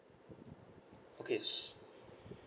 okay